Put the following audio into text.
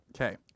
okay